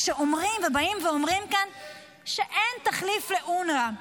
כשאומרים כאן שאין תחליף לאונר"א,